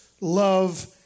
love